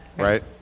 Right